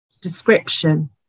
description